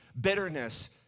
bitterness